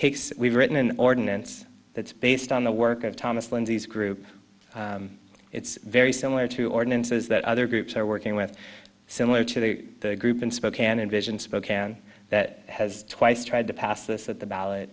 takes we've written an ordinance that's based on the work of thomas lindsey's group it's very similar to ordinances that other groups are working with similar to the group in spokane invision spokane that has twice tried to pass this at the ballot